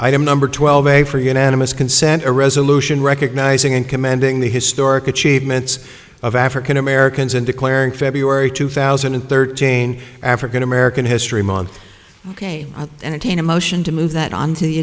item number twelve a for unanimous consent a resolution recognizing and commanding the historic achievements of african americans in declaring february two thousand and thirteen african american history month ok entertain a motion to move that onto the